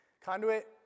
Conduit